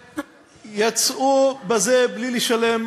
ויצאו מזה בלי לשלם